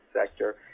sector